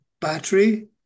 battery